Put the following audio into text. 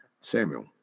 Samuel